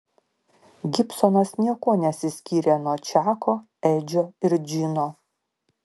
gibsonas niekuo nesiskyrė nuo čako edžio ir džino